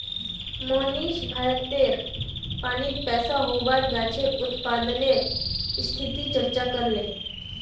मोहनीश भारतेर पानीत पैदा होबार गाछेर उत्पादनेर स्थितिर चर्चा करले